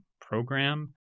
program